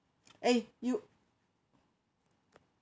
eh you